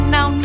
Now